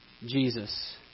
Jesus